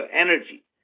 energy